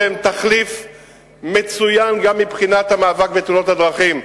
שהן תחליף מצוין גם מבחינת המאבק בתאונות הדרכים.